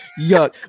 Yuck